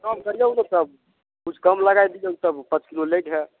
काम करियौ ने तब किछु कम लगाए दियौ तब पॉंच किलो लैके हइ